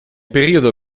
periodo